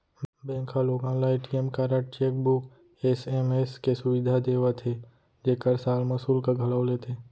bank ह लोगन ल ए.टी.एम कारड, चेकबूक, एस.एम.एस के सुबिधा देवत हे जेकर साल म सुल्क घलौ लेथे